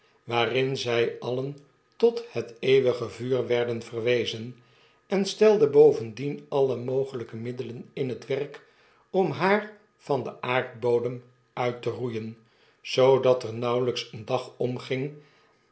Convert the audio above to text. waarin zij alien tot het eeuwige vuur werden verwezen en stelde bovendien alle mogelijke middelen in het werk otn haar van den aardbodem uit te roeien zoodat er nauwelijks een dag omging